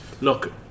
look